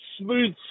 smooth